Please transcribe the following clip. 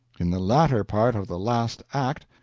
in the latter part of the last act.